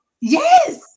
Yes